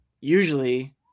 usually